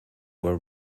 were